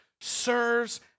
serves